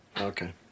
Okay